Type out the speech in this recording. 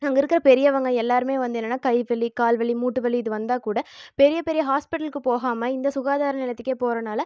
அங்கே இருக்கிற பெரியவங்கள் எல்லாேருமே வந்து என்னென்னால் கை வலி கால் வலி மூட்டு வலி இது வந்தால் கூட பெரிய பெரிய ஹாஸ்பிட்டலுக்கு போகாமல் இந்த சுகாதார நிலையத்துக்கே போகிறனால